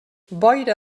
boira